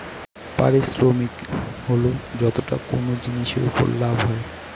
পারিশ্রমিক হল যতটা কোনো জিনিসের উপর লাভ হয়